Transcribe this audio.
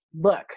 look